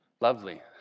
lovely